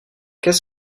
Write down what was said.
qu’est